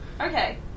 Okay